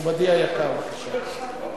מכובדי היקר, בבקשה.